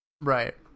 right